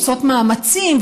עושות מאמצים,